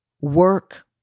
work